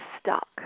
stuck